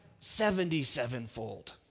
seventy-sevenfold